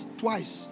twice